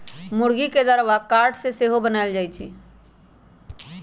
मूर्गी के दरबा काठ से सेहो बनाएल जाए छै